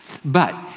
but,